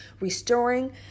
Restoring